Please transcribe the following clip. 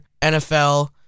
NFL